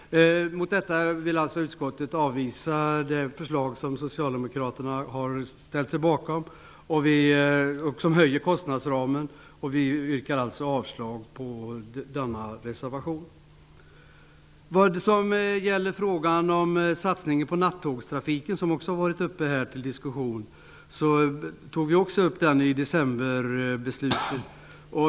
Utskottet avvisar socialdemokraternas förslag, som innebär en utökning av kostnadsramen, och jag yrkar avslag på denna reservation. Också frågan om satsningen på nattågstrafiken, som även den har varit uppe till diskussion i debatten, togs upp i samband med decemberbeslutet.